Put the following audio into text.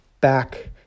back